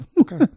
okay